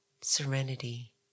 serenity